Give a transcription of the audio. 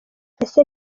ese